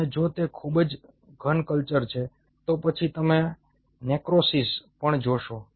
અને જો તે ખૂબ જ ઘન કલ્ચર છે તો પછી તમે નેક્રોસિસ પણ જોશો